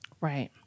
Right